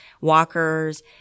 walkers